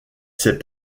ses